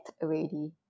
already